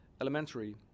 elementary